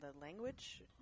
language